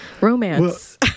romance